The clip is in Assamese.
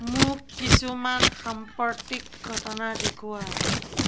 মোক কিছুমান সাম্প্ৰতিক ঘটনা দেখুওৱা